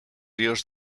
ríos